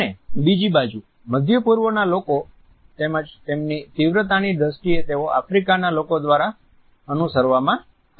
અને બીજી બાજુ મધ્ય પૂર્વના લોકો તેમજ તેમની તીવ્રતાની દ્રષ્ટીએ તેઓ આફ્રિકાના લોકો દ્વારા અનુસરવામાં આવે છે